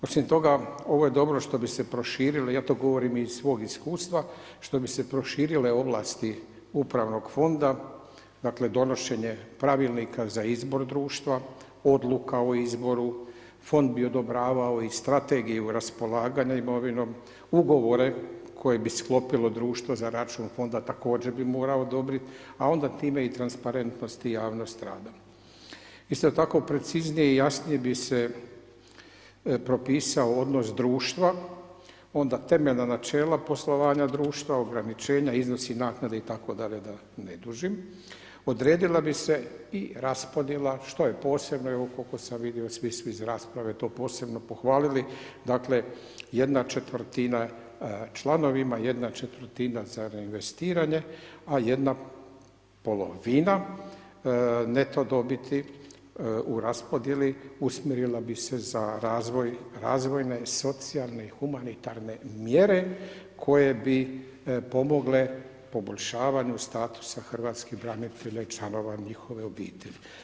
Osim toga ovo je dobro što bi se proširili, ja to govorim iz svog iskustva, što bi se proširile ovlasti upravnog fonda, dakle, donošenje pravilnika za izbor društva, odluka o izboru fond bi odobravao i strategiju i raspolaganju imovinom, ugovore koje bi sklopilo društvo za račun donde također bi morao odobriti, a onda time i transparentnosti i … Isto tako preciznije i jasnije bi se propisao odnos društva, onda temeljena načela poslovanja društva, ograničenja iznosi i naknade itd. da ne dužim, odredila bi se i raspodjela što je posebno, evo koliko sam vidio, svi su iz rasprave, to posebno pohvalili dakle, ¼ članovima, ¼ za reinvestirane a jedna polovina neto dobiti u raspodijeli usmjerila bi se za razvoj razvojne socijalne i humanitarne mjere koje bi pomogle poboljšavanju statusa hrvatskih branitelj i članova njihove obitelji.